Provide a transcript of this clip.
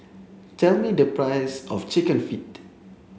tell me the price of chicken feet